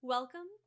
Welcome